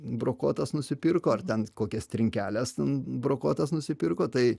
brokuotas nusipirko ar ten kokias trinkeles ten brokuotas nusipirko tai